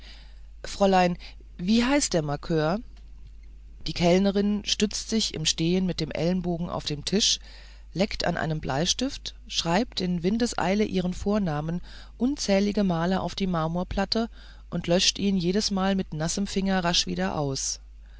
fräulein wie heißt der markör die kellnerin stützt sich im stehen mit dem ellenbogen auf den tisch leckt an einem bleistift schreibt in windeseile ihren vornamen unzählige male auf die marmorplatte und löscht ihn jedesmal mit nassem finger rasch wieder aus